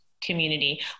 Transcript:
community